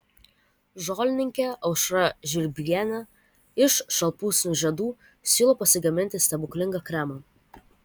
žolininkė aušra žvirblienė iš šalpusnių žiedų siūlo pasigaminti stebuklingą kremą